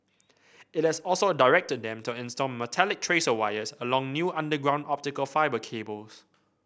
it has also directed them to install metallic tracer wires along new underground optical fibre cable